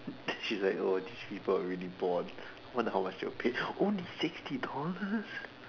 she's like oh these people are really bored one hour still paid only sixty dollars